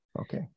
okay